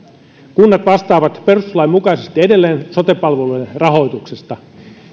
kunnat vastaavat perustuslain mukaisesti edelleen sote palvelujen rahoituksesta